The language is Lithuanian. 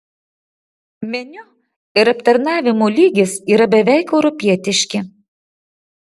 meniu ir aptarnavimo lygis yra beveik europietiški